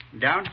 down